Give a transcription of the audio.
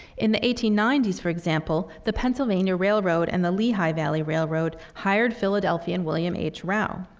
in the eighteen ninety s, for example, the pennsylvania railroad and the lehigh valley railroad hired philadelphian william h. rao.